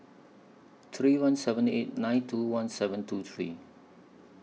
three one seven eight nine two one seven two three